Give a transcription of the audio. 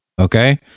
okay